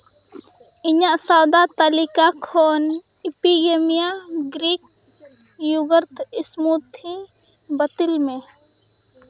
ᱤᱧᱟᱹᱜ ᱥᱟᱣᱫᱟ ᱛᱟᱹᱞᱤᱠᱟ ᱠᱷᱚᱱ ᱤᱯᱤᱜᱮ ᱢᱤᱭᱟ ᱜᱨᱤᱠ ᱭᱩᱜᱟᱨᱛᱷ ᱥᱢᱩᱛᱷᱤ ᱵᱟᱹᱛᱤᱞ ᱢᱮ